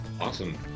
awesome